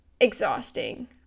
exhausting